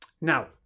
Now